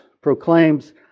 proclaims